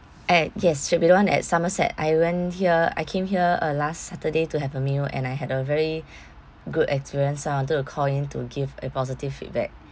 uh yes should be lounge at somerset I went here I came here uh last saturday to have a meal and I had a very good experience I wanted to call in to give a positive feedback